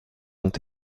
ont